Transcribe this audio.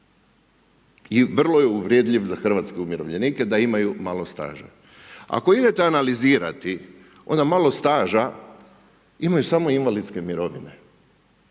I vrlo je uvredljiv za hrvatske umirovljenike da imaju malo staža. Ako idete analizirati, onda malo staža imaju samo invalidske mirovine,